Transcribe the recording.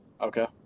Okay